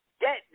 Get